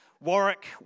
Warwick